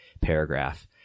paragraph